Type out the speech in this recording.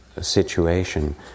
situation